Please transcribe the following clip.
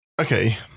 okay